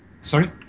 Sorry